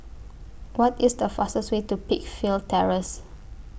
What IS The fastest Way to Peakville Terrace